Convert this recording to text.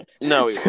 no